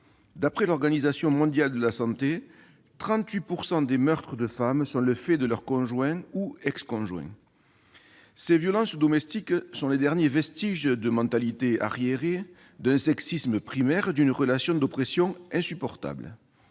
D'après l'Organisation mondiale de la santé, 38 % des meurtres de femme sont le fait de leur conjoint ou ex- conjoint. Ces violences domestiques sont les derniers vestiges de mentalités arriérées, d'un sexisme primaire, d'une relation d'oppression insupportable.